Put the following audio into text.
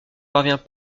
parvient